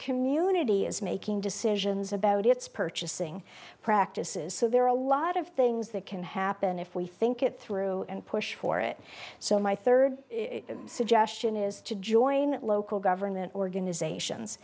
community is making decisions about its purchasing practices so there are a lot of things that can happen if we think it through and push for it so my third suggestion is to join local government organisations